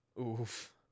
Oof